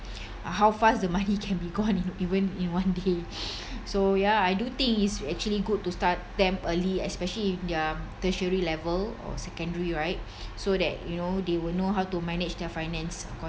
uh how fast the money can be gone in even in one day so ya I do think it's actually good to start them early especially if they're tertiary level or secondary right so that you know they will know how to manage their finance